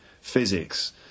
physics